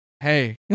Hey